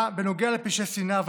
בנוגע לפשעי שנאה,